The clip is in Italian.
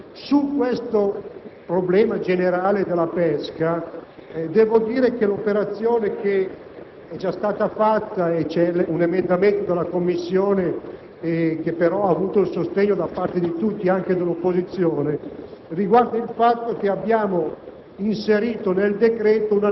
18.8 è importante e riprende in generale il tema degli interventi a sostegno